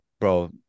bro